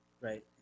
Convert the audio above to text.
right